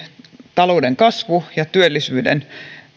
talouden kasvu ja työllisyyden